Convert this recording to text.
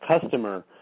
customer